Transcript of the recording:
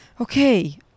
Okay